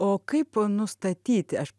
o kaip nustatyti aš